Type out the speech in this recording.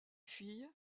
fille